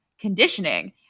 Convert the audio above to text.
conditioning